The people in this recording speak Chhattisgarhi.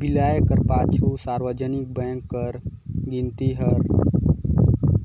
बिलाए कर पाछू सार्वजनिक बेंक कर गिनती हर